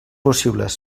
possible